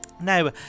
now